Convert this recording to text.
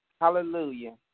Hallelujah